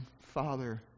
Father